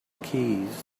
keys